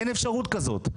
אין אפשרות כזאת.